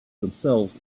themselves